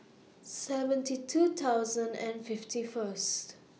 seventy two thousand and fifty First